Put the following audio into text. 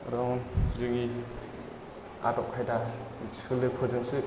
खारन जोंनि आदब खायदा सोलोफोरजोंसो